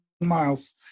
miles